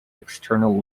external